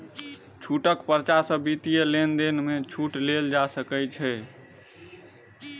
छूटक पर्चा सॅ वित्तीय लेन देन में छूट लेल जा सकै छै